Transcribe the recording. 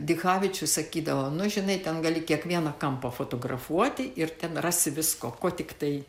dichavičius sakydavo nu žinai ten gali kiekvieną kampą fotografuoti ir ten rasi visko ko tiktai